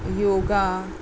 yoga